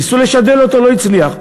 ניסו לשדל אותו, לא הצליח.